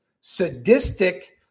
sadistic